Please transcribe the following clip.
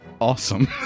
Awesome